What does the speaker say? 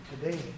today